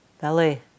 belly